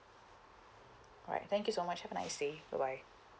alright thank you so much have a nice day bye bye